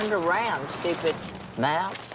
and around, stupid map.